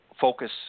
focus